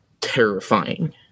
terrifying